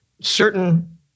certain